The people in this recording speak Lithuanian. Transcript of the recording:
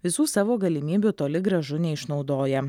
visų savo galimybių toli gražu neišnaudoja